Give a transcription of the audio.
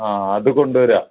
ആ അത് കൊണ്ടു വരിക